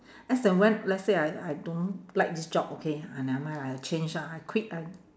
as and when let's say I I don't like this job okay ah never mind lah I change ah I quit I